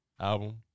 album